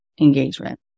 engagement